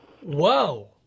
Whoa